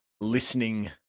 listening